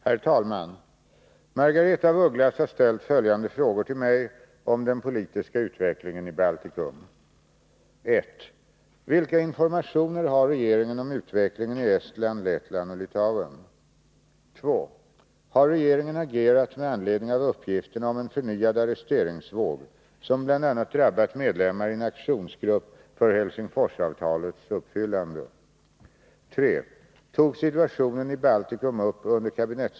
Herr talman! Margaretha af Ugglas har ställt följande frågor till mig om den politiska utvecklingen i Baltikum: 1. Vilka informationer har regeringen om utvecklingen i Estland, Lettland och Litauen? 2. Har regeringen agerat med anledning av uppgifterna om en förnyad arresteringsvåg, som bl.a. drabbat medlemmar i en aktionsgrupp för Helsingforsavtalets uppfyllande?